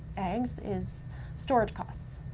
eggs is storage costs.